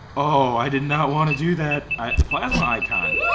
oh. i did not wanna do that at the plasma icon.